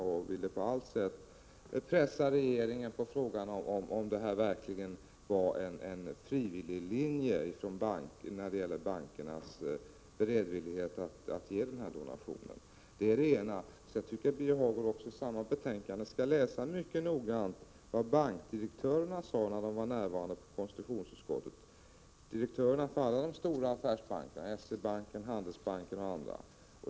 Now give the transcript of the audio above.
Han ville på allt sätt pressa regeringen på ett besked om huruvida bankernas beredvillighet att göra donationen verkligen var frivillig. Vidare tycker jag att Birger Hagård också i samma betänkande mycket noggrant skall läsa vad bankdirektörerna sade i konstitutionsutskottet. Det var direktörerna för alla de stora affärsbankerna, S-E-Banken, Handelsbanken och andra.